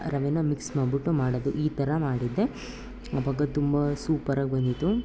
ರವೆನಾ mix ಮಾಡಿಬಿಟ್ಟು ಮಾಡೋದು ಈ ಥರ ಮಾಡಿದ್ದೆ ಅವಾಗ ತುಂಬ ಸೂಪರಾಗಿ ಬಂದಿತ್ತು